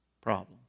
problems